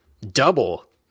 double